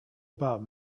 about